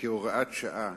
כהוראת שעה,